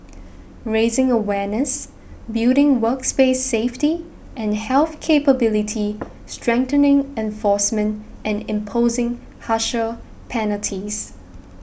raising awareness building works place safety and health capability strengthening enforcement and imposing harsher penalties